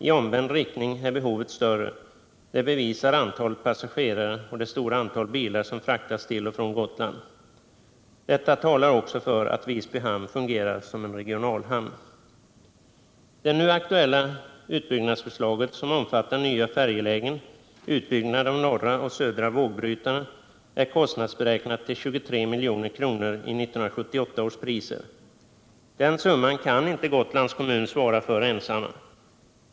I omvänd riktning är behovet större — det bevisar antalet passagerare och det stora antal bilar som fraktas till och från Gotland. Detta talar också för att Visby hamn fungerar som en regionalhamn. Det nu aktuella utbyggnadsförslaget, som omfattar nya färjelägen och utbyggnad av norra och södra vågbrytarna, är kostnadsberäknat till 23 milj.kr. i 1978 års priser. Den summan kan inte Gotlands kommun svara för ensam.